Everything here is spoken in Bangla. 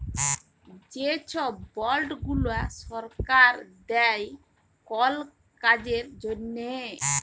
যে ছব বল্ড গুলা সরকার দেই কল কাজের জ্যনহে